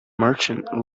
merchant